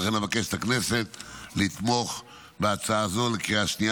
ולכן אבקש את הכנסת לתמוך בהצעה זו בקריאה השנייה